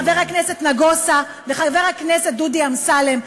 חבר הכנסת נגוסה וחבר הכנסת דודי אמסלם,